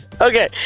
Okay